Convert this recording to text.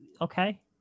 okay